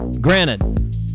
Granted